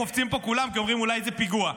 קופצים פה כולם כי אומרים אולי זה פיגוע.